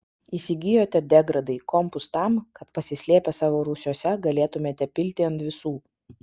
įsigijote degradai kompus tam kad pasislėpę savo rūsiuose galėtumėte pilti ant visų